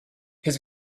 his